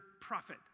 profit